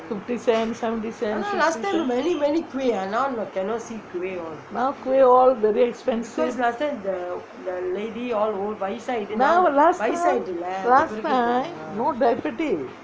fifty cent seventy cent now kuih all very expensive now last time last time no diabetic